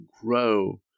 grow